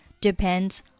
depends